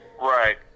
right